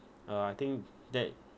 uh I think that